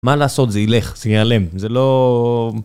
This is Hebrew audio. מה לעשות, זה ילך, זה ייעלם, זה לא...